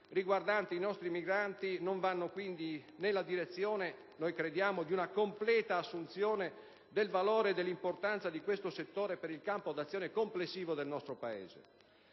riguardanti i nostri migranti crediamo non vadano quindi nella direzione di una completa assunzione del valore e dell'importanza di questo settore per il campo di azione complessivo del nostro Paese.